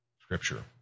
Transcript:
Scripture